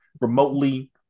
remotely